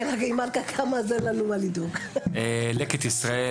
'לקט ישראל',